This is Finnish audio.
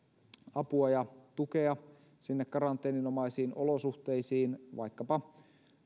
apua ja tukea sinne karanteeninomaisiin olosuhteisiin vaikkapa